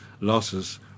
losses